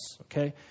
okay